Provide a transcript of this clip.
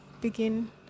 begin